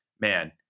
man